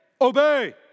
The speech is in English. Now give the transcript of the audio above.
Obey